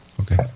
Okay